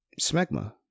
smegma